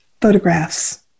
photographs